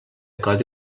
codi